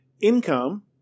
Income